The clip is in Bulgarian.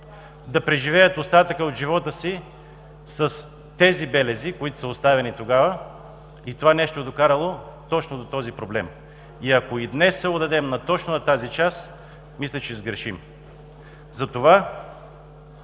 Да преживеят остатъка от живота си с тези белези, които са оставени тогава, и това нещо е докарало точно до този проблем. Ако и днес се отдадем точно на тази част, мисля, че ще сгрешим. Затова